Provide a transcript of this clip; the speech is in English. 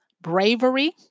bravery